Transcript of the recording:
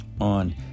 on